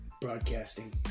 broadcasting